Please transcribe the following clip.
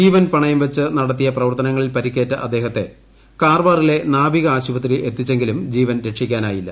ജീവൻ പണയം വച്ചു നടത്തിയ പ്രവർത്തനങ്ങളിൽ പരിക്കേറ്റ അദ്ദേഹത്തെ കാർവാറിലെ നാവിക ആശുപത്രിയിൽ എത്തിച്ചെങ്കിലും ജീവൻ രക്ഷിക്കാനായില്ല